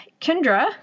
Kendra